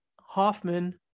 Hoffman